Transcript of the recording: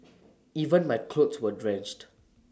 even my clothes were drenched